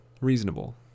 reasonable